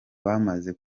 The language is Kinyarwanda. bamaze